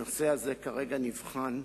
הנושא הזה כרגע נבחן,